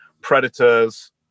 predators